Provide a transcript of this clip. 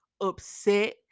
upset